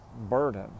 burden